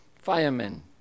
firemen